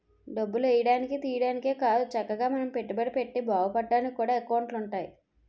డబ్బులు ఎయ్యడానికి, తియ్యడానికే కాదు చక్కగా మనం పెట్టుబడి పెట్టి బావుపడ్డానికి కూడా ఎకౌంటులు ఉంటాయి